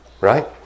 right